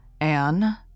Anne